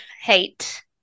hate